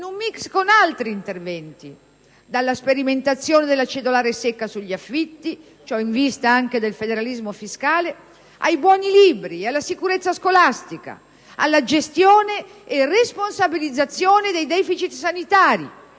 in un *mix* con altri interventi: dalla sperimentazione della cedolare secca sugli affitti (ciò in vista anche del federalismo fiscale), ai buoni libri, alla sicurezza scolastica, alla gestione e responsabilizzazione dei deficit sanitari,